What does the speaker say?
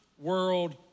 world